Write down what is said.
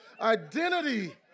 identity